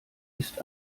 ist